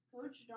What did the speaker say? Coach